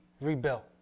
rebuilt